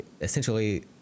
essentially